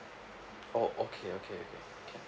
oh okay okay okay can